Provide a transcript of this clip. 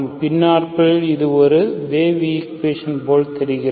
பின்னாட்களில் இது ஒரு ஒரு வேவ் ஈக்குவேஷன் போல் தெரிகிறது